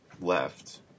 left